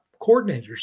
coordinators